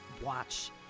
watch